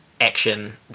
action